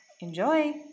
Enjoy